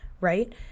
right